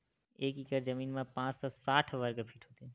एक एकड़ जमीन मा पांच सौ साठ वर्ग फीट होथे